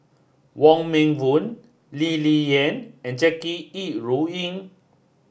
Wong Meng Voon Lee Ling Yen and Jackie Yi Ru Ying